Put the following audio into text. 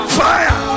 fire